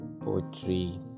poetry